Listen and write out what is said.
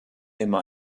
immer